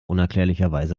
unerklärlicherweise